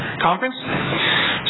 conference